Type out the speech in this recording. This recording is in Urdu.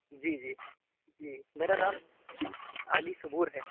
جی جی جی میرا نام عالی ثبور ہے